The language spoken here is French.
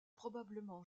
probablement